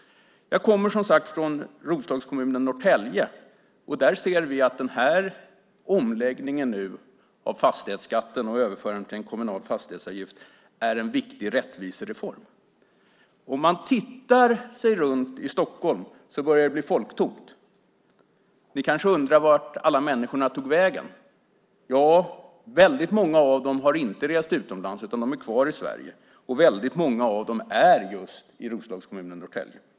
Jag kommer från Roslagskommunen Norrtälje. Där ser vi att omläggningen av fastighetsskatten och övergången från skatt till kommunal fastighetsavgift är en viktig rättvisereform. Om man tittar på hur det ser ut runt om i Stockholm ser man att det börjar bli folktomt. Ni undrar kanske vart alla människor tagit vägen. Ja, väldigt många av dem har inte rest utomlands utan är kvar i Sverige. Väldigt många av dem är just i Roslagskommunen Norrtälje.